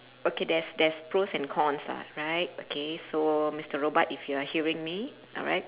okay there's there's pros and cons lah right okay so mister robot if you are hearing me alright